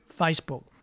Facebook